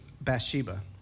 Bathsheba